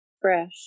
fresh